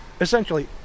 essentially